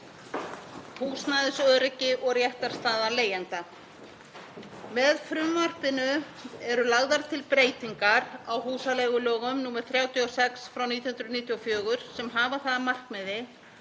húsnæðisöryggi og réttarstöðu leigjenda. Með frumvarpinu eru lagðar til breytingar á húsaleigulögum, nr. 36/1994, sem hafa það að markmiði